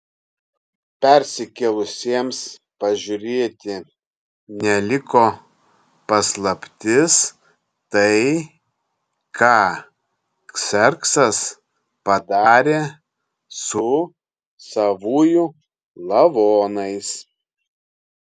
persikėlusiems pažiūrėti neliko paslaptis tai ką kserksas padarė su savųjų lavonais